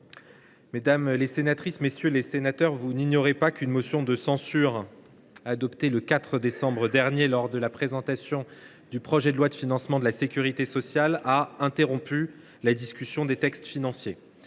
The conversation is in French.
Mesdames, messieurs les sénateurs, vous n’ignorez pas qu’une motion de censure, adoptée le 4 décembre dernier lors de la présentation du projet de loi de financement de la sécurité sociale, a interrompu la discussion des textes financiers,